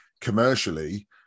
commercially